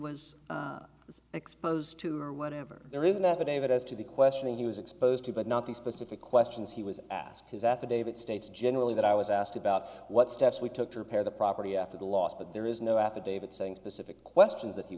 was exposed to or whatever there is an affidavit as to the question he was exposed to but not the specific questions he was asked his affidavit states generally that i was asked about what steps we took to repair the property after the loss but there is no affidavit saying specific questions that he